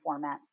formats